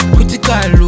Critical